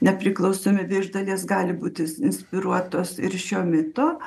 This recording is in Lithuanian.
nepriklausomybę iš dalies gali būti is inspiruotos ir šio mito